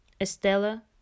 Estella